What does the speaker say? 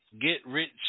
get-rich